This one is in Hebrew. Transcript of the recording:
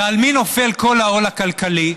ועל מי נופל כל העול הכלכלי?